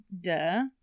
Duh